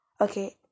Okay